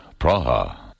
Praha